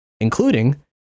including